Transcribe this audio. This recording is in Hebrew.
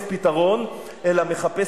להתנחלויות אבד למען שיקום שכונות.